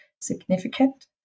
significant